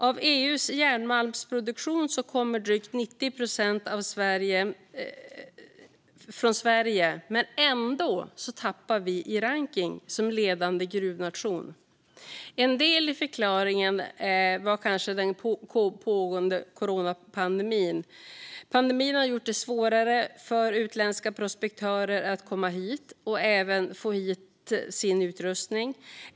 Av EU:s järnmalmsproduktion kommer drygt 90 procent från Sverige, men ändå tappar vi i rankning som ledande gruvnation. En del i förklaringen är kanske den pågående coronapandemin. Pandemin har gjort det svårare för utländska prospektörer att komma hit och även för dem att få hit sin utrustning.